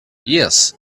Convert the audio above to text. yes